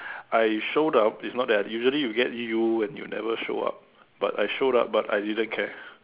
I showed up is not that I usually you'll get U and you never show up but I showed up but I didn't care